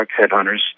Headhunter's